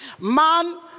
Man